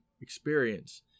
experience